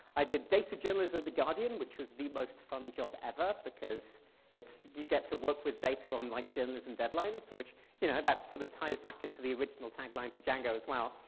i did data journalism at the guardian, which was the most fun job ever because it's, you get to work with data on like journalism deadlines, which you know, that sort of ties back into the original tagline for django as well.